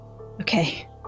okay